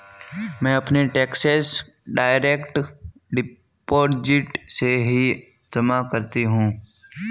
मैं अपने taxes direct deposit से ही जमा करती हूँ